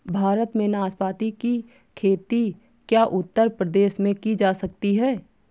भारत में नाशपाती की खेती क्या उत्तर प्रदेश में की जा सकती है?